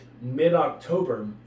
mid-October